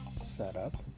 setup